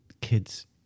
kids